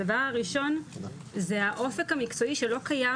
הדבר הראשון זה האופק המקצועי שלא קיים